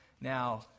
Now